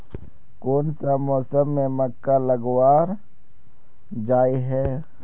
कोन सा मौसम में मक्का लगावल जाय है?